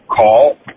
call